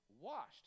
washed